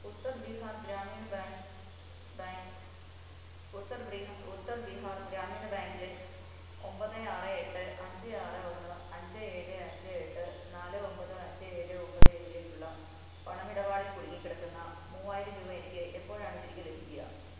Uttar Bihar Gramin Bank bank Uttar Uttar Bihar Gramin ബാങ്കിലെ ഒമ്പത് ആറ് എട്ട് അഞ്ച് ആറ് ഒന്ന് അഞ്ച് എഴ് അഞ്ച് എട്ട് നാല് ഒമ്പത് അഞ്ച് എഴ് ഒമ്പത് എഴിലേക്കുള്ള പണം ഇടപാടിൽ കുടുങ്ങി കിടക്കുന്ന മൂവായിരം രൂപ എനിക്ക് എപ്പോഴാണ് തിരികെ ലഭിക്കുക